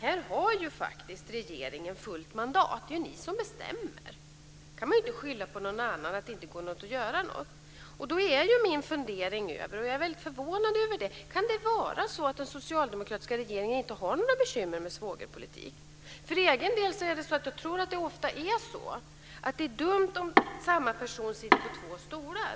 Här har ju faktiskt regeringen fullt mandat. Det är ju regeringen som bestämmer. Då kan man inte skylla på någon annan att det inte går att göra något. Min fundering är om det kan vara så att den socialdemokratiska regeringen inte har något bekymmer med svågerpolitik. Jag är väldigt förvånad över det. Jag tror att det är dumt om samma person sitter på två stolar.